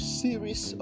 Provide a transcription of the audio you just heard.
series